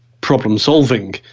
problem-solving